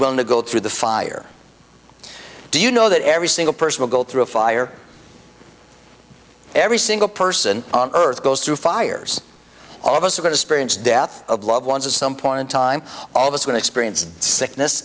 willing to go through the fire do you know that every single person will go through fire every single person on earth goes through fires all of us are going to spirit's death of loved ones at some point in time all of us going to experience sickness